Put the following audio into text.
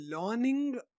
learning